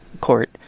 court